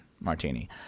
martini